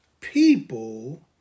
people